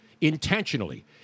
intentionally